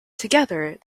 together